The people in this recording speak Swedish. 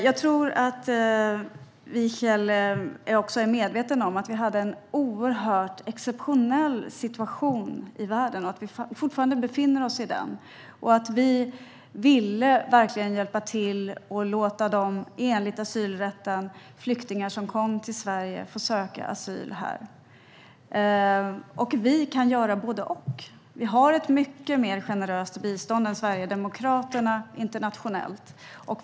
Wiechel är nog också medveten om att det var en oerhört exceptionell situation i världen, och att vi fortfarande befinner oss i den. Vi ville verkligen hjälpa till och låta de flyktingar som kom till Sverige söka asyl här. Vi kan göra både och. Vi har ett mycket mer generöst internationellt bistånd än vad Sverigedemokraterna har.